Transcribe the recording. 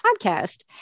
podcast